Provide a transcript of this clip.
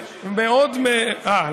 אתה רואה?